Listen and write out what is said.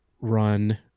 run